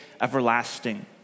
everlasting